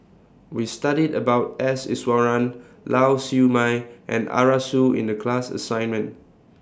We studied about S Iswaran Lau Siew Mei and Arasu in The class assignment